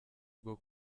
bwo